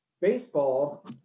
baseball